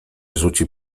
rzuci